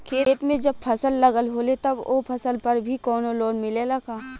खेत में जब फसल लगल होले तब ओ फसल पर भी कौनो लोन मिलेला का?